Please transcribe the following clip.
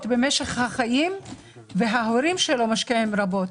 במשך החיים וההורים שלו משקיעים רבות,